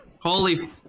Holy